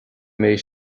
mbeidh